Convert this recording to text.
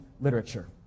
literature